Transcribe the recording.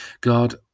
God